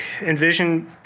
Envision